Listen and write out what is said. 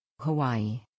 Hawaii